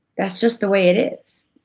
that's just the way it is.